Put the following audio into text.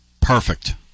perfect